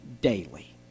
daily